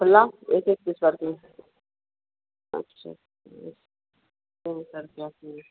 खुल्ला एक एक पीस करके अच्छा फिर फोन करके आती हूँ